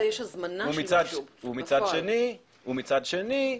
ומצד שני,